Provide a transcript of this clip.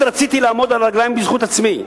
רציתי לעמוד על הרגליים בזכות עצמי,